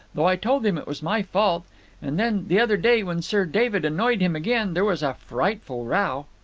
though i told him it was my fault and then the other day, when sir david annoyed him again, there was a frightful row.